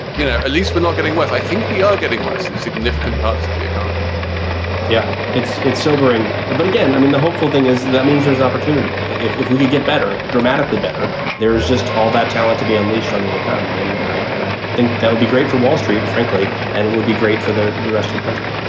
you know, at least we're not getting worse. i think we are getting worse in significant parts of the economy yeah, it's it's sobering. and but again, i mean, the hopeful thing is that means there's an opportunity. if if we could get better, dramatically better, there is just all that talent to be unleashed on the economy. and and that and i think that would be great for wall street, frankly, and it would be great for the the rest of the country